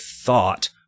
thought